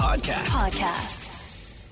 podcast